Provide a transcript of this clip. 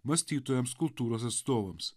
mąstytojams kultūros atstovams